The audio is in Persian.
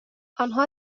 آنها